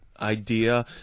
idea